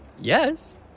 Yes